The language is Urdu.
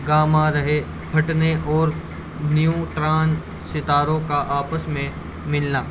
گاما رہے پروٹونس اور نیوٹرانس ستاروں کا آپس میں ملنا